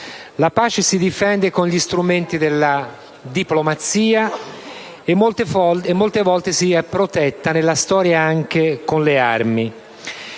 la pace si difende con gli strumenti della diplomazia e molte volte la si è protetta, nella storia, anche con le armi.